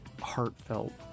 heartfelt